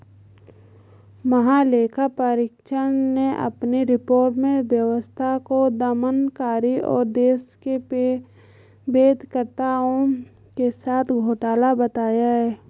महालेखा परीक्षक ने अपनी रिपोर्ट में व्यवस्था को दमनकारी और देश के वैध करदाताओं के साथ घोटाला बताया है